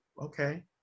okay